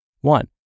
One